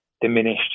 diminished